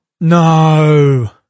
No